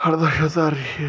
اَرداہ شَتھ اَر